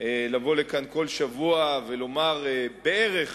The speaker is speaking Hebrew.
לבוא לכאן בכל שבוע ולומר בערך